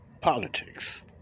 politics